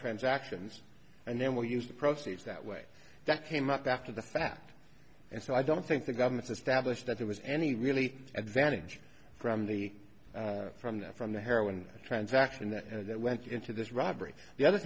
transactions and then we'll use the proceeds that way that came up after the fact and so i don't think the government established that there was any really advantage from the from the from the heroin transaction that went into this robbery the other